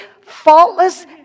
faultless